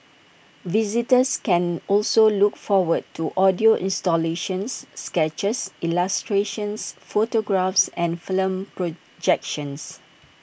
visitors can also look forward to audio installations sketches illustrations photographs and film projections